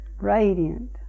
Radiant